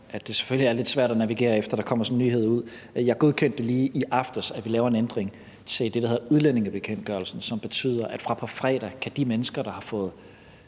at det selvfølgelig er lidt svært at navigere efter, at der kommer sådan en nyhed ud. Jeg godkendte lige i aftes, at vi laver en ændring i det, der hedder udlændingebekendtgørelsen, som betyder, at fra på fredag kan de mennesker, der har fået